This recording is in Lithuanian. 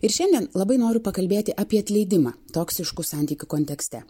ir šiandien labai noriu pakalbėti apie atleidimą toksiškų santykių kontekste